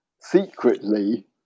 secretly